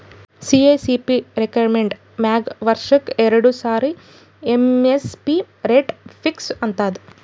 CACP recommend ಮ್ಯಾಗ್ ವರ್ಷಕ್ಕ್ ಎರಡು ಸಾರಿ ಎಮ್.ಎಸ್.ಪಿ ರೇಟ್ ಫಿಕ್ಸ್ ಆತದ್